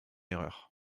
erreur